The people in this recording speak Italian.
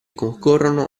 concorrono